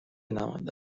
نمانده